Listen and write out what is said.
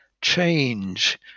change